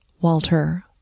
Walter